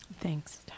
Thanks